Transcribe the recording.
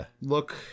look